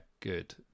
good